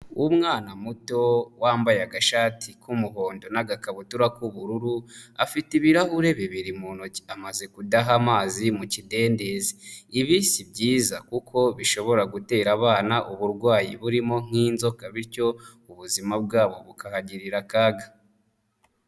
Umwana muto wambaye agashati k'umuhondo n'agakabutura k'ubururu afite ibirahure bibiri mu ntoki amaze kudaha amazi mu kidendezi ibi si byiza kuko bishobora gutera abana uburwayi burimo nk'inzoka bityo ubuzima bwabo bukahagirira akaga.